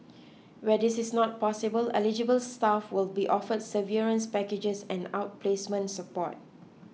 where this is not possible eligible staff will be offered severance packages and outplacement support